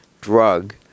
drug